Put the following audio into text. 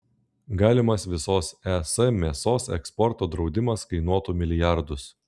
galimas visos es mėsos eksporto draudimas kainuotų milijardus